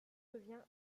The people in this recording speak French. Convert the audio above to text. devient